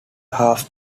half